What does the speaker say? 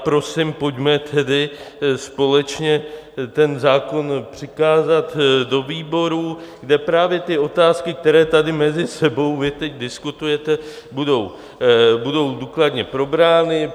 Prosím, pojďme tedy společně ten zákon přikázat do výborů, kde právě ty otázky, které tady mezi sebou vy teď diskutujete, budou důkladně probrány.